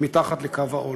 מתחת לקו העוני.